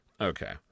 Okay